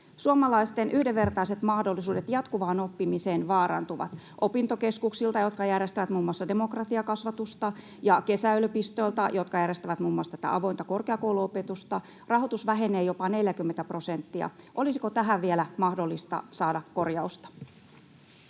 Suomalaisten yhdenvertaiset mahdollisuudet jatkuvaan oppimiseen vaarantuvat. Opintokeskuksilta, jotka järjestävät muun muassa demokratiakasvatusta, ja kesäyliopistoilta, jotka järjestävät muun muassa avointa korkeakouluopetusta, rahoitus vähenee jopa 40 prosenttia. Olisiko tähän vielä mahdollista saada korjausta?